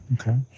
okay